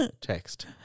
text